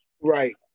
Right